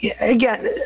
again